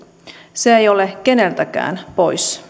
se ei ole keneltäkään pois